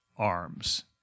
arms